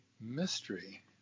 mystery